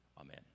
Amen